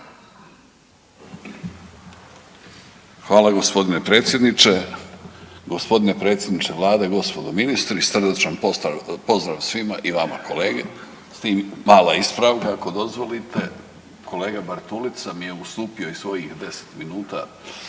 Hvala g. predsjedniče, g. predsjedniče Vlade, gospodo ministri, srdačan pozdrav svima i vama kolege, s tim, mala ispravka, ako dozvolite, kolega Bartulica mi je ustupio i svojih 10 minuta,